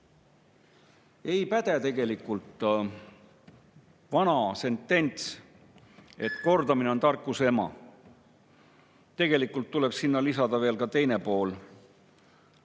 ei päde tegelikult vana sentents, et kordamine on tarkuse ema. Tegelikult tuleks sinna lisada veel ka teine pool: